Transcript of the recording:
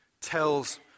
tells